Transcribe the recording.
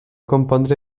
compondre